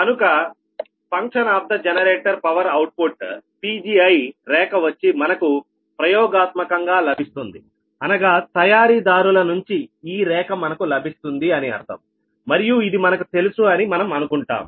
కనుక function of the generator power output Pgi రేఖ వచ్చి మనకు ప్రయోగాత్మకంగా లభిస్తుంది అనగా తయారీదారుల నుంచి ఈ రేఖ మనకు లభిస్తుంది అని అర్థం మరియు ఇది మనకు తెలుసు అని మనం అనుకుంటాం